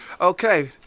Okay